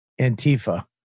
Antifa